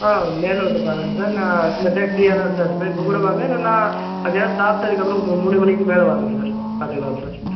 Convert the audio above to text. ஆ நேரில் வந்து பாருங்கள் சார் நான் இந்த டைம் ஃப்ரீயாக தான் சார் இருப்பேன் இப்போக் கூட வாங்க இல்லைன்னா மத்தியானம் சாப்பிட்டதுக்கு அப்புறம் ஒரு மூணு மணிக்கு மேலே வாங்க சார் பார்த்துக்கலாம் சார்